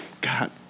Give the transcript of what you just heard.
God